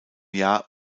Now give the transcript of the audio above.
jahr